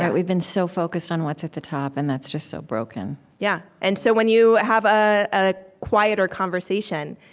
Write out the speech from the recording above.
but we've been so focused on what's at the top, and that's just so broken yeah, and so when you have a quieter conversation,